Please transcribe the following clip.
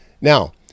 Now